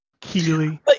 Keely